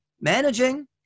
managing